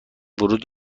ورود